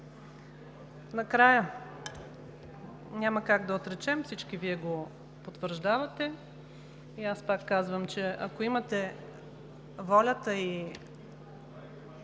Накрая, няма как да отречем, всички Вие го потвърждавате, и аз пак казвам, че ако имате волята и